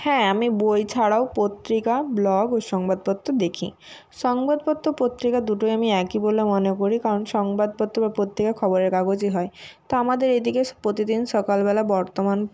হ্যাঁ আমি বই ছাড়াও পত্রিকা ব্লগ ও সংবাদপত্র দেখি সংবাদপত্র পত্রিকা দুটোই আমি একই বলে মনে করি কারণ সংবাদপত্র বা পত্রিকা খবরের কাগজই হয় তো আমাদের এদিকে প্রতিদিন সকালবেলা বর্তমান